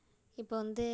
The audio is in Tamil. இப்போ வந்து